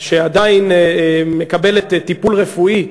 שעדיין מקבלת טיפול רפואי,